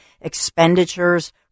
expenditures